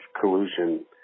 collusion